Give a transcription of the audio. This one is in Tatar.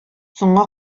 соңга